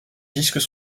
disques